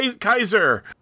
Kaiser